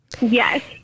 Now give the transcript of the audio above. yes